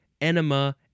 enema